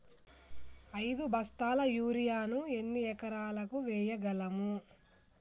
ఐదు బస్తాల యూరియా ను ఎన్ని ఎకరాలకు వేయగలము?